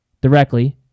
directly